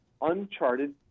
uncharted